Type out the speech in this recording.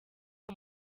uwo